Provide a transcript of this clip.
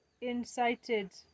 incited